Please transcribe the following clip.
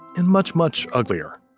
and much much uglier.